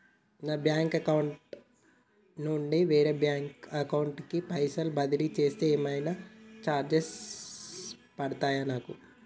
నా bank account నుండి వేరే బ్యాంక్ అకౌంట్ కి పైసల్ బదిలీ చేస్తే ఏమైనా ఎక్కువ చార్జెస్ పడ్తయా నాకు?